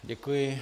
Děkuji.